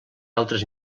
altres